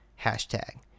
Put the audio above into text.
hashtag